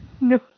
No